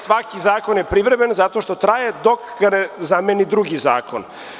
Svaki zakon je privremen zato što traje dok ga ne zameni drugi zakon.